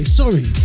sorry